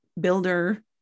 builder